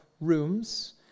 rooms